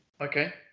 okay